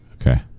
Okay